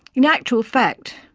in actual fact,